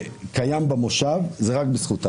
שקיים במושב זה רק בזכות הרב.